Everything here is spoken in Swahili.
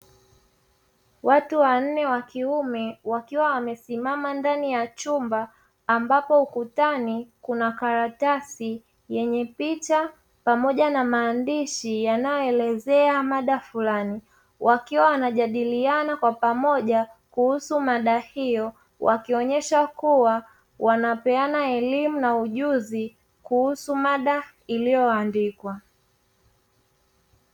Watu wanne wa kiume wakiwa wamesimama ndani ya chumba ambapo ukutani kuna karatasi yenye picha pamoja na maandishi yanayoelezea mada fulani, wakiwa wanajadiliana kwa pamoja kuhusu mada hiyo wakionyesha kuwa wanapeana elimu na ujuzi kuhusu mada iliyoandikwa.